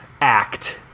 act